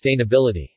sustainability